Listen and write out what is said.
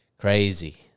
crazy